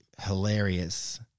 hilarious